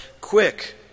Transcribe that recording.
Quick